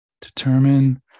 determine